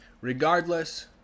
Regardless